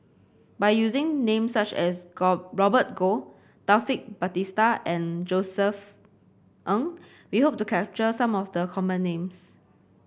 by using names such as Robert Goh Taufik Batisah and Josef Ng we hope to capture some of the common names